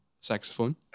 saxophone